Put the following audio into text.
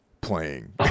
playing